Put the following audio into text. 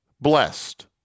blessed